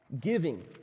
giving